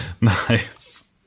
Nice